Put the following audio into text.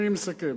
אני מסכם.